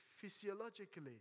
physiologically